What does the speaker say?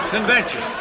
Convention